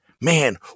Man